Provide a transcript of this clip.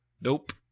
Nope